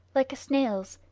like a snail's,